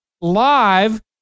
live